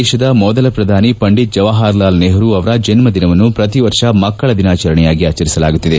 ದೇಶದ ಮೊದಲ ಪ್ರಧಾನಿ ಪಂಡಿತ್ ಜವಾಹರ್ ಲಾಲ್ ನೆಹರು ಅವರ ಜನ್ಮದಿನವನ್ನು ಪ್ರತಿವರ್ಷ ಮಕ್ಕಳ ದಿನಾಚರಣೆಯಾಗಿ ಆಚರಿಸಲಾಗುತ್ತಿದೆ